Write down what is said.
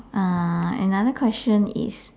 oh uh another question is